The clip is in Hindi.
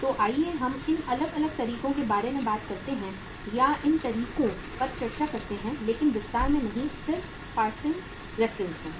तो आइए हम इन अलग अलग तरीकों के बारे में बात करते हैं या इन तरीकों पर चर्चा करते हैं लेकिन विस्तार से नहीं सिर्फ पासिंग रेफरेंस में